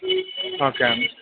okay అండి